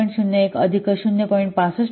01 अधिक 0